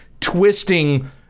Twisting